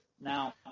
Now